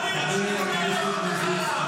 אין בהם שלושה.